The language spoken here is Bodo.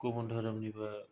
गुबुन धोरोमनिबो